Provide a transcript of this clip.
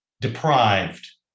deprived